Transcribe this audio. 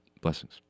Blessings